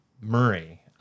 Murray